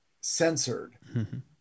censored